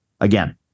again